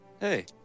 Hey